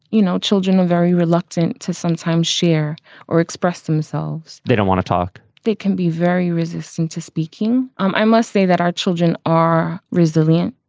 you know, children are very reluctant to sometimes share or express themselves. they don't want to talk. they can be very resistant to speaking. um i must say that our children are resilient.